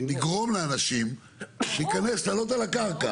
לגרום לאנשים לעלות על הקרקע.